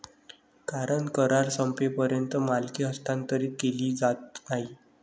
कारण करार संपेपर्यंत मालकी हस्तांतरित केली जात नाही